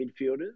midfielders